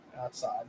outside